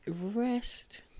Rest